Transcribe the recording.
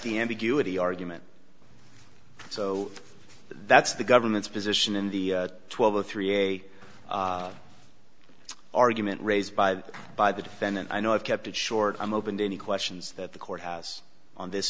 the ambiguity argument so that's the government's position in the twelve of three a argument raised by the by the defendant i know i've kept it short i'm open to any questions that the court house on this